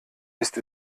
ist